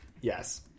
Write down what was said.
Yes